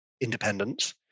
independence